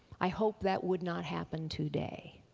i hope that would not happen today.